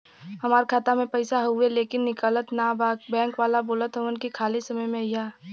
हमार खाता में पैसा हवुवे लेकिन निकलत ना बा बैंक वाला बोलत हऊवे की खाली समय में अईहा